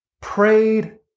prayed